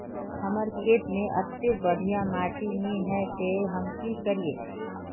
हमर खेत में अत्ते बढ़िया माटी ने है ते हम की करिए?